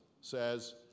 says